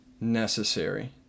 necessary